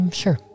sure